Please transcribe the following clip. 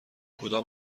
کدام